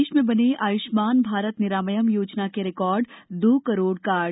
प्रदेश में बने आयुष्मान भारत निरामयम योजना के रिकार्ड दो करोड़ कार्ड